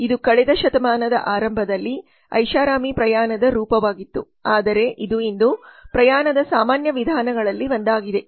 ಇದು ಕಳೆದ ಶತಮಾನದ ಆರಂಭದಲ್ಲಿ ಐಷಾರಾಮಿ ಪ್ರಯಾಣದ ರೂಪವಾಗಿತ್ತು ಆದರೆ ಇದು ಇಂದು ಪ್ರಯಾಣದ ಸಾಮಾನ್ಯ ವಿಧಾನಗಳಲ್ಲಿ ಒಂದಾಗಿದೆ